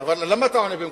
אבל למה אתה עונה במקומי?